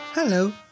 Hello